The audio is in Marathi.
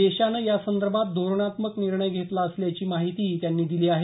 देशानं या संदर्भात धोरणात्मक निर्णय घेतला असल्याची माहितीही त्यांनी दिली आहे